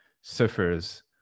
suffers